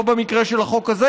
לא במקרה של החוק הזה,